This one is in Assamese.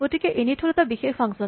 গতিকে ইনিট হ'ল এটা বিশেষ ফাংচন